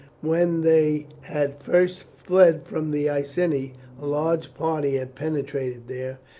when they had first fled from the iceni, a large party had penetrated there,